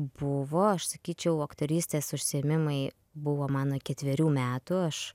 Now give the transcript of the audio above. buvo aš sakyčiau aktorystės užsiėmimai buvo mano ketverių metų aš